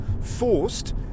forced